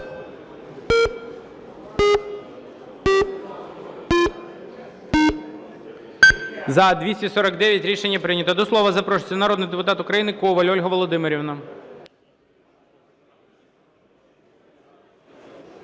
За-249 Рішення прийнято. До слова запрошується народний України Коваль Ольга Володимирівна.